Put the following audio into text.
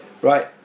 right